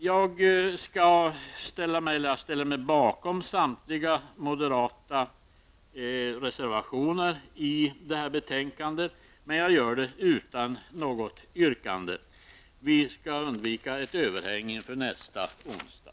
Jag ställer mig bakom samtliga moderata reservationer i detta betänkande men gör det utan något yrkande. Vi skall undvika ett överhäng inför nästa onsdag.